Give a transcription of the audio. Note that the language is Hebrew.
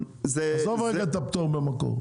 עזוב רגע את הפטור במקור.